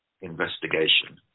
investigation